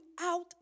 out